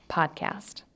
podcast